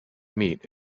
meat